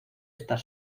estar